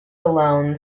alone